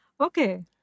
Okay